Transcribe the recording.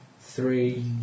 Three